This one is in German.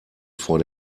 vor